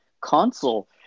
console